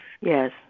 yes